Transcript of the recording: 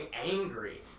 angry